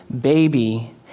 baby